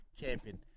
champion